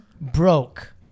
Broke